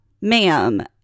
Ma'am